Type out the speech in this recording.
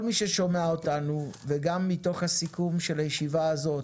כל מי ששומע אותנו וגם מתוך הסיכום של הישיבה הזאת